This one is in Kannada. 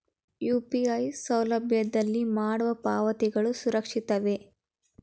ಯು.ಪಿ.ಐ ಸೌಲಭ್ಯದಲ್ಲಿ ಮಾಡುವ ಪಾವತಿಗಳು ಸುರಕ್ಷಿತವೇ?